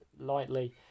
lightly